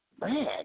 man